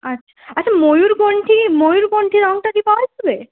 আচ্ছা আচ্ছা ময়ূরকন্ঠী ময়ূরকন্ঠী রঙটা কি পাওয়া যাবে